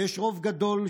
ויש רוב גדול,